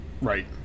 Right